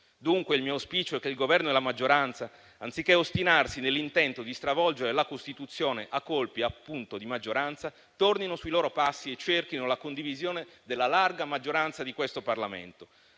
Dunque, il mio auspicio è che il Governo e la maggioranza, anziché ostinarsi nell'intento di stravolgere la Costituzione a colpi di maggioranza, tornino sui loro passi e cerchino la condivisione della larga maggioranza di questo Parlamento.